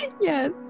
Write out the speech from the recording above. yes